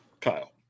Kyle